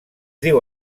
diu